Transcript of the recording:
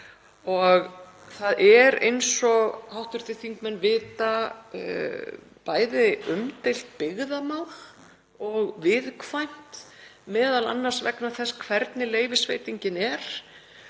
Það er, eins og hv. þingmenn vita, bæði umdeilt byggðamál og viðkvæmt, m.a. vegna þess hvernig leyfisveitingin er.